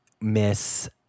Miss